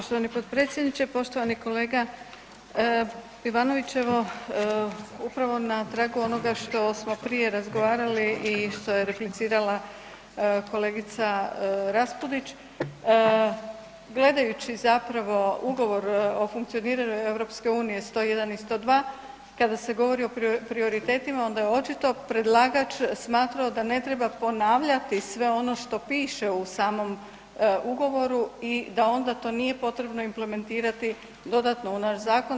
Poštovani potpredsjedniče, poštovani kolega Ivanović evo upravo na tragu onoga što smo prije razgovarali i što je replicirala kolegica Raspudić gledajući zapravo ugovor o funkcioniranju EU 101 i 102 kada se govori o prioritetima onda je očito predlagač smatrao da ne treba ponavljati sve ono što piše u samom ugovoru i da onda to nije potrebno implementirati dodatno u naš zakon.